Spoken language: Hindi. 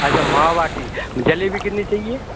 अच्छा मावा बाटी जलेबी कितनी चाहिए